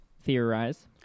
theorize